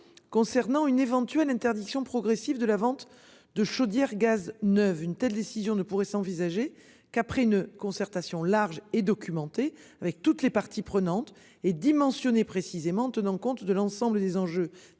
concernant une éventuelle interdiction progressive de la vente de chaudière gaz neuf une telle décision ne pourrait s'envisager qu'après une concertation large et documenté, avec toutes les parties prenantes et dimensionné précisément tenant compte de l'ensemble des enjeux